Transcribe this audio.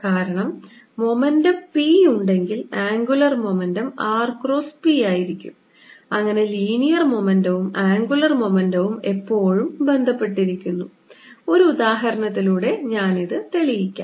കാരണം momentum p ഉണ്ടെങ്കിൽ angular momentum r cross p ആയിരിക്കും അങ്ങനെ ലീനിയർ മൊമെന്റവും ആംഗുലർ മൊമെന്റവും എപ്പോഴും ബന്ധപ്പെട്ടിരിക്കുന്നു ഒരു ഉദാഹരണത്തിലൂടെ ഞാനിത് തെളിയിക്കാം